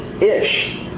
ish